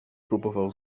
próbował